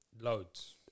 loads